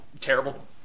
Terrible